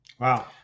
Wow